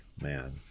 man